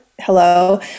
hello